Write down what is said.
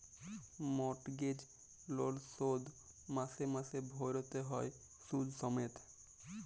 mortgage লল শোধ মাসে মাসে ভ্যইরতে হ্যয় সুদ সমেত